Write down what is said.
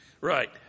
Right